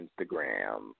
Instagram